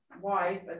wife